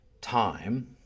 time